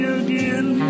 again